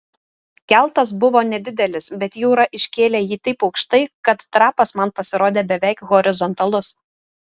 keltas buvo nedidelis bet jūra iškėlė jį taip aukštai kad trapas man pasirodė beveik horizontalus